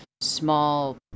small